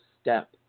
step